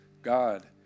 God